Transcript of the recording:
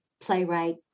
playwright